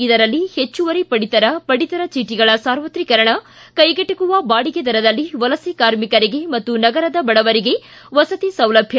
ಇದರಲ್ಲಿ ಹೆಚ್ಚುವರಿ ಪಡಿತರ ಪಡಿತರ ಚೀಟಿಗಳ ಸಾರ್ವತ್ರಿಕರಣ ಕ್ಷೆಗೆಟುಕುವ ಬಾಡಿಗೆ ದರದಲ್ಲಿ ವಲಸೆ ಕಾರ್ಮಿಕರಿಗೆ ಮತ್ತು ನಗರದ ಬಡವರಿಗೆ ವಸತಿ ಸೌಲಭ್ಯ